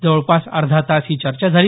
जवळपास अर्धा तास ही चर्चा झाली